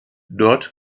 dort